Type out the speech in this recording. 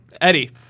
eddie